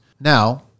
Now